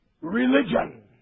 religion